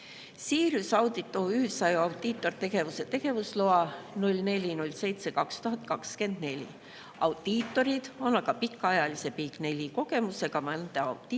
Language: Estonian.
Sirius Audit OÜ sai audiitortegevuse tegevusloa 04.07.2024. Audiitorid on aga pikaajalise Big 4 kogemusega vandeaudiitorid